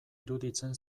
iruditzen